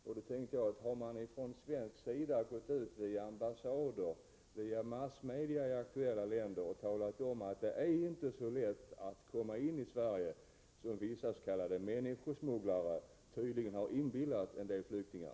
Vad jag ville få veta var om man från svensk sida via ambassader och massmedia i de aktuella länderna talat om att det inte är så lätt att komma in i Sverige, som vissa s.k. människosmugglare tydligen inbillat en del flyktingar.